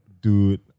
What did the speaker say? Dude